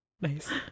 Nice